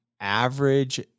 average